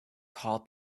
call